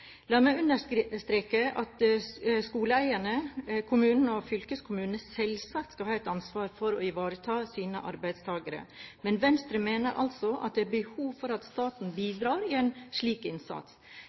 La meg understreke at skoleeierne – kommunene og fylkeskommunene – selvsagt skal ha et ansvar for å ivareta sine arbeidstagere, men Venstre mener altså at det er behov for at staten